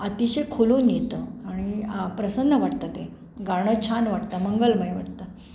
अतिशय खुलून येतं आणि प्रसन्न वाटतं ते गाणं छान वाटतं मंगलमय वाटतं